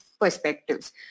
perspectives